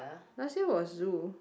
last year was zoo